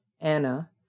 Anna